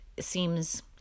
seems